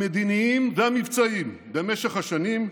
המדיניים והמבצעיים, במשך השנים,